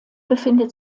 befindet